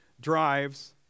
drives